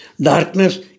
Darkness